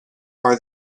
are